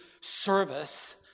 service